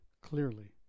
clearly